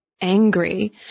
angry